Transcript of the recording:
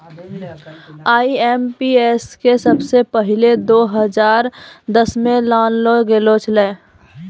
IMPS के सबसे पहिलै दो हजार दसमे लानलो गेलो छेलै